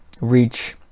reach